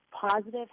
positive